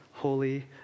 holy